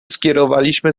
skierowaliśmy